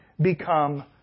become